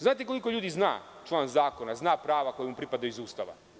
Znate koliko malo ljudi zna član zakona, prava koja mu pripadaju iz Ustava.